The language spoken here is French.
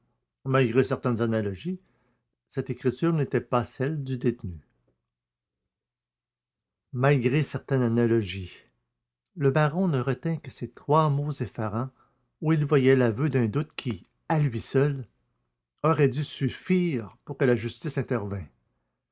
malgré certaines analogies cette écriture n'était pas celle du détenu malgré certaines analogies le baron ne retint que ces trois mots effarants où il voyait l'aveu d'un doute qui à lui seul aurait dû suffire pour que la justice intervînt